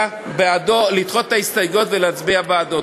לדחות את ההסתייגויות ולהצביע בעדו.